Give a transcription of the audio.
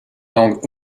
langues